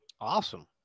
Awesome